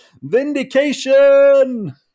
vindication